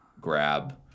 grab